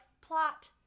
plot